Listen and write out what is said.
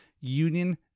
union